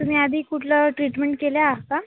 तुम्ही आधी कुठलं ट्रीटमेंट केलं आहे का